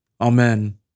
Amen